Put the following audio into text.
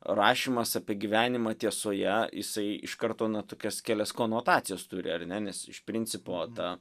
rašymas apie gyvenimą tiesoje jisai iš karto na tokias kelias konotacijas turi ar ne nes iš principo ta